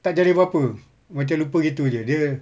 tak jadi apa apa macam lupa gitu jer dia